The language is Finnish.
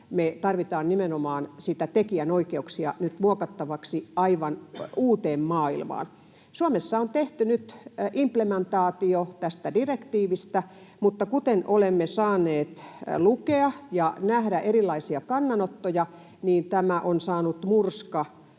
tarvitaan nimenomaan niitä tekijänoikeuksia nyt muokattavaksi aivan uuteen maailmaan. Suomessa on tehty nyt implementaatio tästä direktiivistä, mutta kuten olemme saaneet lukea ja nähdä erilaisia kannanottoja, niin tämä